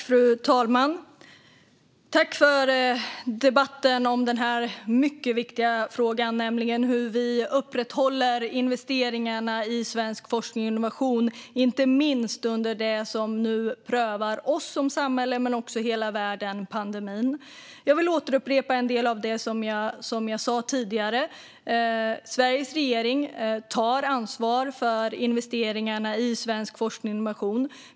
Fru talman! Tack för debatten om en mycket viktig fråga, nämligen hur vi upprätthåller investeringarna i svensk forskning och innovation inte minst under det som nu prövar oss som samhälle och hela världen - pandemin. Jag vill upprepa en del av det som jag sa tidigare. Sveriges regering tar ansvar för investeringarna i svensk forskning och innovation.